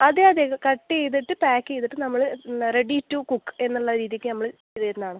അതെ അതെ കട്ട് ചെയ്തിട്ട് പാക്ക് ചെയ്തിട്ട് നമ്മൾ റെഡി ടു കുക്ക് എന്നുള്ള രീതിക്ക് നമ്മൾ ചെയ്തുതരുന്നതാണ്